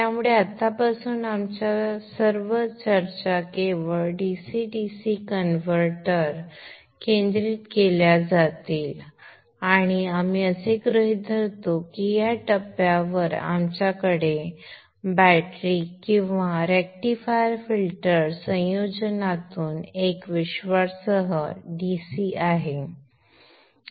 त्यामुळे आतापासून आमच्या सर्व चर्चा केवळ DC DC कनव्हर्टरवर केंद्रित केल्या जातील आणि आपण असे गृहीत धरतो की या टप्प्यावर आमच्याकडे बॅटरी किंवा रेक्टिफायर फिल्टर संयोजनातून एक विश्वासार्ह DC आहे